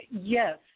Yes